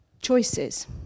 choices